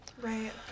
Right